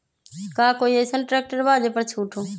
का कोइ अईसन ट्रैक्टर बा जे पर छूट हो?